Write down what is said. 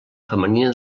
femenina